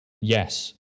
Yes